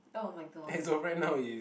oh-my-god